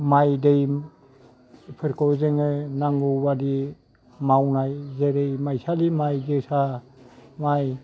माइ दै फोरखौ जोङो नांगौ बायदि मावनाय जेरै माइसालि माइ जोसा माइ